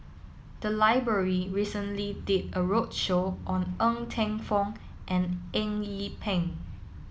the library recently did a roadshow on Ng Teng Fong and Eng Yee Peng